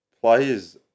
players